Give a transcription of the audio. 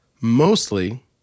mostly